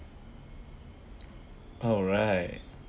oh right